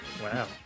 Wow